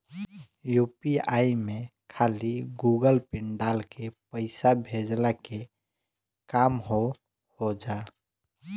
UPI में खाली Google pin डाल के पईसा भेजला के काम हो होजा